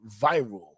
viral